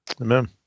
Amen